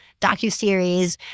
docuseries